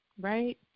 Right